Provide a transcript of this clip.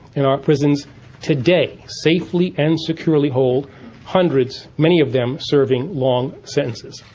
and our prisons today safely and securely hold hundreds, many of them serving long sentences.